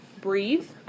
breathe